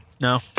No